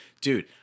Dude